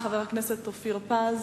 חבר הכנסת אופיר פינס-פז?